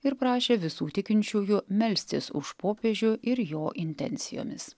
ir prašė visų tikinčiųjų melstis už popiežių ir jo intencijomis